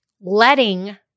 letting